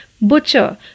butcher